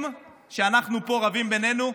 כשאנחנו פה רבים בינינו,